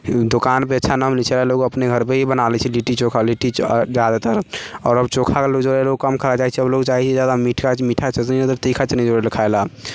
दोकानपर छनायल लोग अपने घरपर ही बना लै छै लिट्टी चोखा लिट्टी आ जादातर आओर अब चोखा लोग जे हय लोग कम खाइ लऽ चाहै छै ओ लोग चाही जादा मीठा मीठा सभसँ जादा तीखा चीनी जौरे लोग खाइ लए